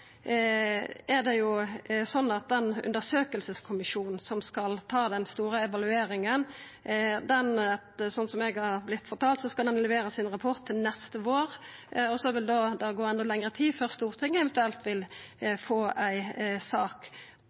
er det sånn at den undersøkingskommisjonen som skal ta den store evalueringa, slik eg er vorten fortalt, skal levera sin rapport til neste vår, og så vil det gå enda lengre tid før Stortinget eventuelt vil få ei sak.